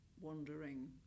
wandering